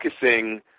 focusing